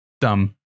dumb